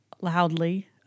loudly